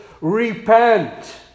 repent